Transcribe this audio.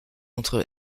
entre